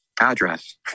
Address